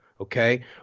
okay